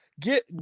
Get